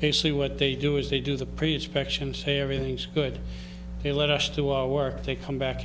basically what they do is they do the previous question say everything's good they let us do our work they come back